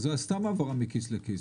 זה סתם העברה מכיס לכיס.